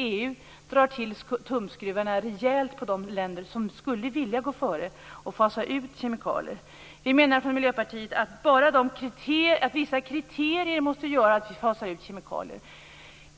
EU drar till tumskruvarna rejält för de länder som skulle vilja gå före och fasa ut användning av kemikalier. Vi menar från Miljöpartiet att vissa kriterier skall räcka för att kemikalier skall